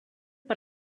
per